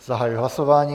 Zahajuji hlasování.